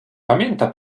pamięta